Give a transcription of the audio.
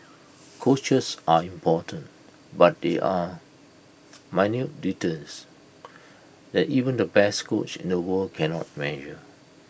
coaches are important but there are minute details that even the best coach in the world cannot measure